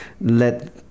let